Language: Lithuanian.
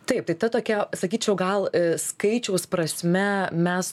taip tai ta tokia sakyčiau gal skaičiaus prasme mes